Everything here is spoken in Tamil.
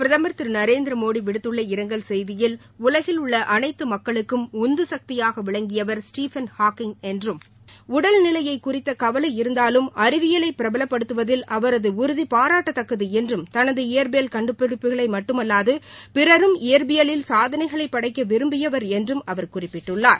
பிரதமர் திரு நரேந்திரமோடி விடுத்துள்ள இரங்கல் செய்தியில் உலகில் உள்ள அனைத்து மக்களுக்கும் உந்து சக்தியாக விளங்கியவர் ஸ்டீபன் ஹாக்கிங் என்றும் உடல் நிலையை குறித்த கவலை இருந்தாலும் அறிவியலை பிரபலப்படுத்துவதில் அவரது உறுதி பாராட்டத்தக்கது என்றும் தனது இயற்பியல் கண்டுபிடிப்புகளை மட்டுமல்லாது பிறரும் இயற்பியலில் சாதனைகளை படைக்க விரும்பியவர் என்றும் அவர் குறிப்பிட்டுள்ளார்